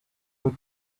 put